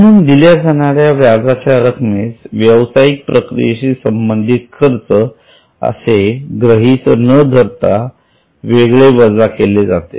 म्हणून दिल्या जाणाऱ्या व्याजाच्या रक्कमेस व्यवसायिक प्रक्रियेशी संबंधित खर्च असे गृहीत न धरता वेगळे वजा केले जाते